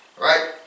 right